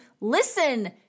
listen